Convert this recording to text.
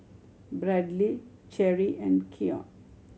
Bradly Cheri and Keion